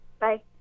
Bye